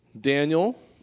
Daniel